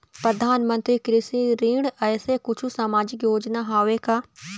परधानमंतरी कृषि ऋण ऐसे कुछू सामाजिक योजना हावे का?